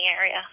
area